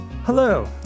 Hello